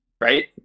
right